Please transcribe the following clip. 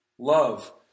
Love